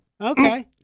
Okay